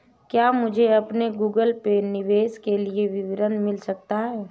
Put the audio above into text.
क्या मुझे अपने गूगल पे निवेश के लिए विवरण मिल सकता है?